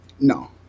No